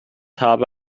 habe